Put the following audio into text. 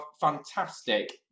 fantastic